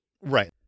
Right